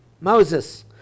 Moses